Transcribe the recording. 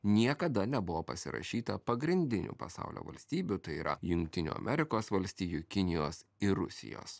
niekada nebuvo pasirašyta pagrindinių pasaulio valstybių tai yra jungtinių amerikos valstijų kinijos ir rusijos